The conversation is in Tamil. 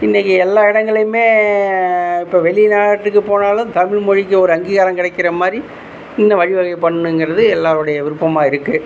இன்றைக்கி எல்லா இடங்களையும் இப்போ வெளிநாட்டுக்கு போனாலும் தமிழ்மொழிக்கு ஒரு அங்கீகாரம் கிடைக்குற மாதிரி இன்னும் வழிவகை பண்ணனுங்கிறது எல்லாருடைய விருப்பமாக இருக்குது